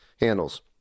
handles